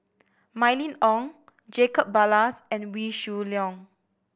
Mylene Ong Jacob Ballas and Wee Shoo Leong